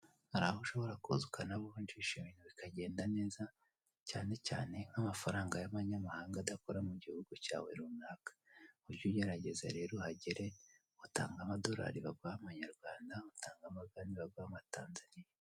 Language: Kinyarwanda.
Haraho ushobora kuza ukanavunjisha ibintu bikagenda neza cyane cyane nkamafaranga yamanyamahanga adakora mugihugu cyawe runaka uge ugerageza rero uhagere utange amadorari baguhe amanyarwanda utange amagande baguhe amatanzaniya.